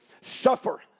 suffer